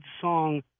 song